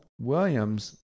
Williams